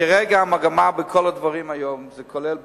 כרגע, המגמה בכל הדברים היום, זה כולל בריאות,